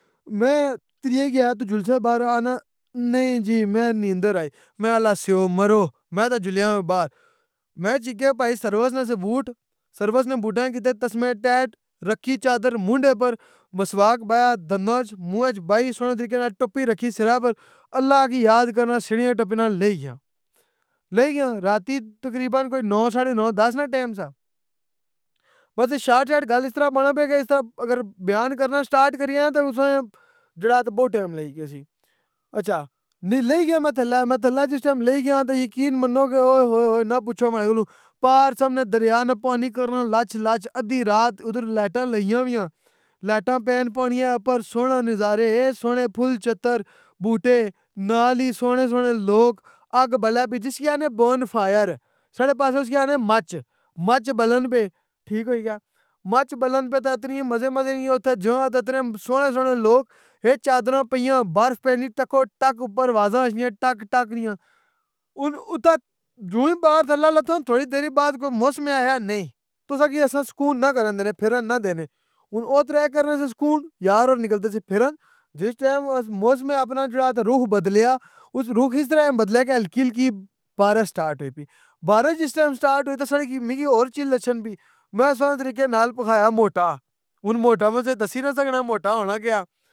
میں تریئے گیا تو جلسیں بار آ ناں؟ نہیں جی میں نیندرآئی، میں اخیا ہالا سیو مرو۔ میں تہ جلیاں وا باہر۔ میں وی چکیا بھائی سرویس نہ سے بوٹ۔ سرویس نہ بوٹاں کیتے تسمے ٹیٹ۔ رکھی چادر موںڈے پر۔ مسواک بایا دنداں اچ۔ موۓ اچ بائی سوہنے طریقے نال ٹوپی رکھی سرا پر۔ اللہ کی یاد کرنا سڑھیاں ٹپاں تہ لئ گیاں۔ لئ گیاں راتی تقریباً کوئی نو ساڑھے نو دس نا ٹائم سا۔ مطلب کی شارٹ شارٹ گل اس طرح بانا پے کہ اس طرح اگر بیان کرنا سٹارٹ کریاں تہ تُساں جیڑا بوں ٹائم لگی گیسی۔ اچھا نی لئ گیاں میں تھلے میں تھلے جس ٹائم لئی گیاں تہ یقین منو کہ اوۓ ہوۓ ہوۓ ہوۓ نہ پوچھو ماڑے کولوں۔ پار سامنے دریاں نہ پانی کرنا لچ لچ ادھی رات ادھر لیٹاں لگیاں ہویاں۔ لیٹاں پین پانیا اوپر سوہنہ نظارے۔ اے سوہنے پھول چتر بوٹے۔ نال ای سوہنے سوہنے لوگ۔ آگ بلے بی جسکی آخنے بان فائر۔ ساڈے پاسے اسکی آخنے مچ۔ مچ بلن پے۔ ٹھیک ہوئی گیا۔ مچ بلن پہ تہ اتنی مزے مزے نی او۔ تھے جگہ تہ اتنے سوہنے سوہنے لوگ۔ اے چادراں پیاں۔ بارف پینی ٹکو ٹک اوپر وازاں اشنیاں ٹک ٹک نیاں۔ ہن اتھا جو ہی باہر تھلے لتھاں تھوڑی دیری بعد کوئی موسم اخیا نہیں۔ تُساں کی اساں سکون نہ کرن دینے پھرن نہ دینے۔ ہن او ترے کرنے سہ سکون۔ یار اور نکلتے سے پھرن۔ جس ٹائم اس موسمے اپنا جیڑا تہ رُخ بدلیا۔ اُس رُخ اس طرح بدلیا کہ ہلکی ہلکی بارش سٹارٹ ہوئی پی۔ بارش جس ٹائم سٹارٹ ہوئی تہ سن کی مِکی اور چل اچھن پی۔ میں سوہنے طریقے نال کھایا موٹا۔ ہن موٹا میں تُساں کی دسی نہ سکنا موٹا ہونا کہ آ۔